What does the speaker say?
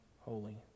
holy